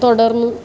തുടർന്നു